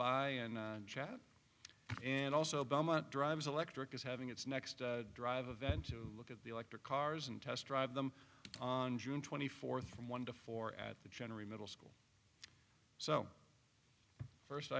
by and chat and also belmont drives electric is having its next drive event to look at the electric cars and test drive them on june twenty fourth from one to four at the general middle school so the first